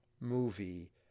movie